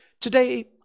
Today